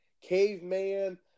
caveman